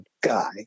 guy